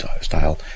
style